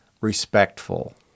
respectful